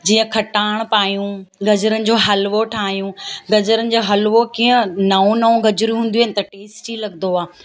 जीअं खटाण पायूं गजरुनि जो हलवो ठाहियूं गजरुनि जो हलवो कीअं नओं नओं गजरूं हूंदियूं आहिनि त टेस्टी लॻंदो आहे